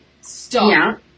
Stop